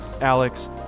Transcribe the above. Alex